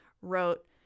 wrote